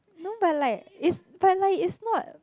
no but like it's but like it's not